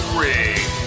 ring